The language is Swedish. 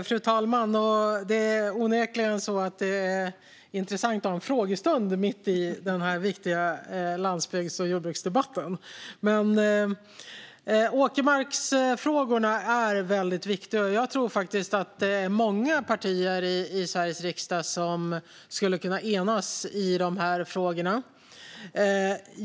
Fru talman! Det är onekligen intressant att ha en frågestund mitt i den viktiga landsbygds och jordbruksdebatten. Åkermarksfrågorna är väldigt viktiga. Jag tror faktiskt att det är många partier i Sveriges riksdag som skulle kunna enas i de här frågorna.